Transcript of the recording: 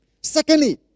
Secondly